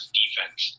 defense